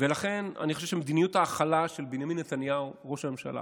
לכן אני חושב שמדיניות ההכלה של בנימין נתניהו ראש הממשלה